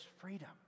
freedom